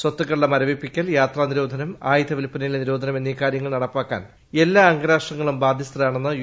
സ്വത്തുക്കളുടെ മരവിപ്പിക്കൽ യാത്രാ ന്ദ്രീരോധനം ആയുധ വില്പനയിലെ നിരോധനം എന്നീ ്കാര്യങ്ങൾ നടപ്പാക്കാൻ എല്ലാ അംഗരാഷ്ട്രങ്ങളും ബാധ്യസ്ഥരാണെന്ന് യു